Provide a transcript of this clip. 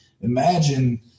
imagine